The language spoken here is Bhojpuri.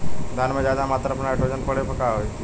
धान में ज्यादा मात्रा पर नाइट्रोजन पड़े पर का होई?